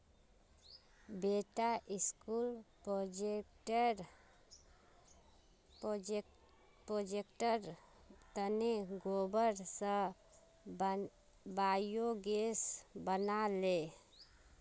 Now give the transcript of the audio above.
बेटा स्कूल प्रोजेक्टेर तने गोबर स बायोगैस बना ले